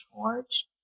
charge